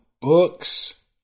books